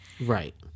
Right